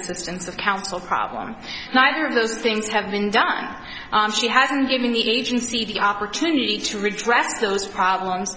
assistance of counsel problem neither of those things have been done she hasn't given the agency the opportunity to redress those problems